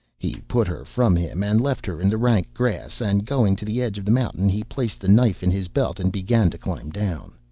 he put her from him and left her in the rank grass, and going to the edge of the mountain he placed the knife in his belt and began to climb down.